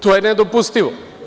To je nedopustivo.